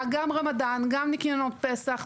היה גם רמדאן, גם ניקיונות פסח.